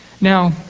Now